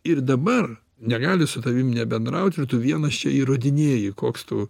ir dabar negali su tavim nebendraut ir tu vienas čia įrodinėji koks tu